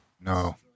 No